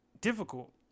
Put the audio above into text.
difficult